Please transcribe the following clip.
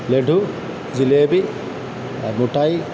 ലഡു ജിലേബി മിഠായി